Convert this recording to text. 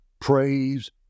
Praise